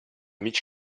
mig